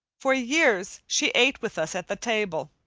for years she ate with us at the table.